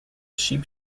sheep